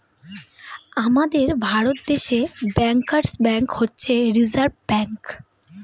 আমাদের ভারত দেশে bankers bank হচ্ছে রিসার্ভ ব্যাঙ্ক